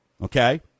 Okay